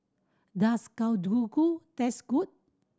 does Kalguksu taste good